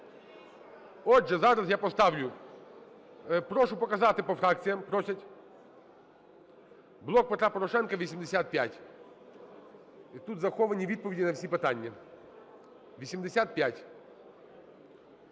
Отже, зараз я поставлю… Прошу показати по фракціям, просять. "Блок Петра Порошенка" – 85. І тут заховані відповіді на всі питання. 85.